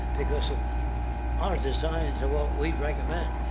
because of our designs of what we've recommend.